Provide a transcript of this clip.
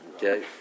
Okay